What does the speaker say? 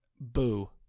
boo